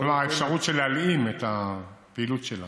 האפשרות של להלאים את הפעילות שלה.